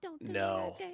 No